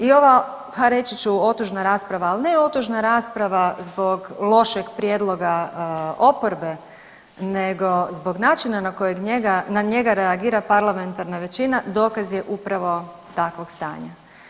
I ova pa reći ću otužna rasprava ali ne otužna rasprava zbog lošeg prijedloga oporbe, nego zbog načina na kojeg njega reagira parlamentarna većina dokaz je upravo takvog stanja.